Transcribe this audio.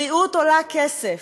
בריאות עולה כסף,